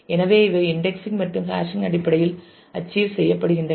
எனவே இவை இன்டெக்ஸிங் மற்றும் ஹாஷிங் அடிப்படையில் அச்சீவ் செய்யப்படுகின்றன